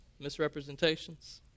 misrepresentations